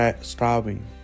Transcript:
starving